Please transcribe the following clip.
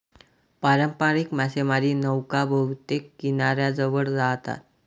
पारंपारिक मासेमारी नौका बहुतेक किनाऱ्याजवळ राहतात